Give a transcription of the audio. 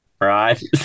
Right